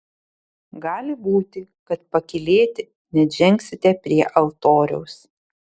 gali būti kad pakylėti net žengsite prie altoriaus